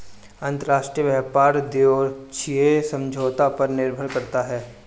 अंतरराष्ट्रीय व्यापार द्विपक्षीय समझौतों पर निर्भर करता है